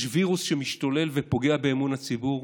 יש וירוס שמשתולל ופוגע באמון הציבור,